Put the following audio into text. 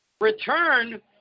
Return